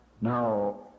Now